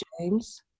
James